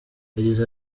yagize